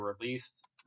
released